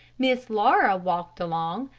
miss laura walked along,